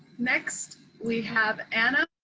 next, we have ana.